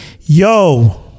yo